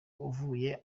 uvuye